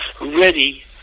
ready